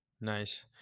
nice